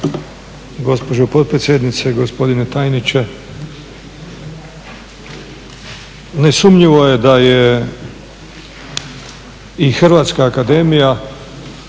gospodine tajniče. Nesumnjivo je da je i Hrvatska akademija